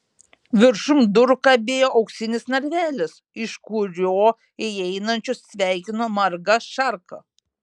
viršum durų kabėjo auksinis narvelis iš kurio įeinančius sveikino marga šarka